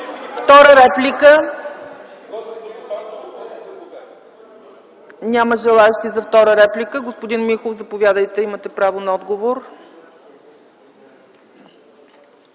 Втора реплика? Няма желаещи за втора реплика. Господин Михов, заповядайте, имате право на отговор.